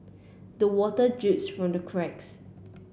the water drips from the cracks